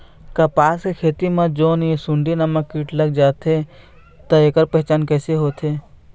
कपास के खेती मा जोन ये सुंडी नामक कीट लग जाथे ता ऐकर पहचान कैसे होथे?